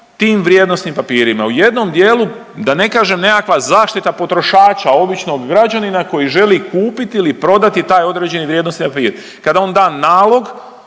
tim vrijednosnim papirima. U jednom dijelu da ne kažem nekakva zaštita potrošača običnog građanina koji želi kupiti ili prodati taj određeni vrijednosti papir. Kada on da nalog